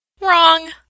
Wrong